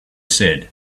said